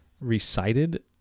recited